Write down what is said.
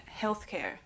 healthcare